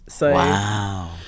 Wow